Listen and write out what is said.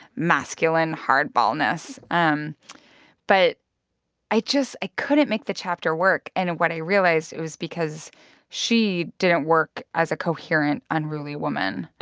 masculine hardballness. um but i just i couldn't make the chapter work. and what i realized it was because she didn't work as a coherent unruly woman.